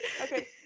Okay